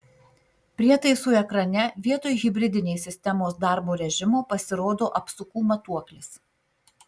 prietaisų ekrane vietoj hibridinės sistemos darbo režimo pasirodo apsukų matuoklis